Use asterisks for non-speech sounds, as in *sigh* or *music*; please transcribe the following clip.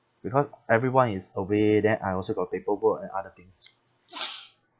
because everyone is away then I also got paperwork and other things *noise*